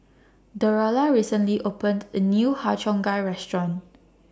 Derola recently opened A New Har Cheong Gai Restaurant